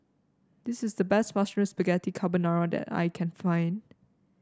this is the best Mushroom Spaghetti Carbonara that I can find